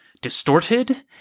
distorted